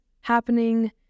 happening